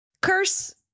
Curse